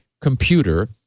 computer